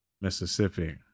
Mississippi